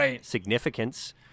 significance